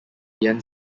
ian